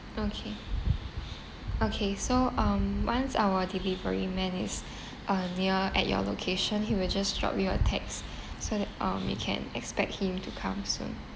okay okay so um once our delivery man is uh near at your location he will just drop you a text so that um you can expect him to come soon